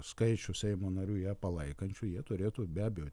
skaičių seimo narių ją palaikančių jie turėtų be abejo